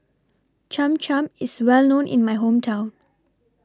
Cham Cham IS Well known in My Hometown